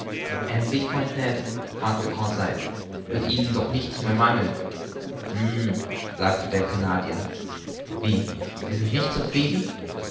endlich freund ned fragte conseil wird ihnen doch nichts mehr mangeln hm sagte der canadier wie sie sind nicht zufrieden